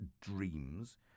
dreams